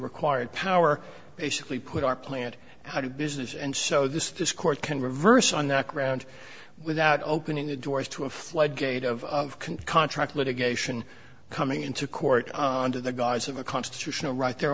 required power basically put our plant how do business and so this this court can reverse on the ground without opening the doors to a floodgate of contract litigation coming into court under the guise of a constitutional right there